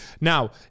Now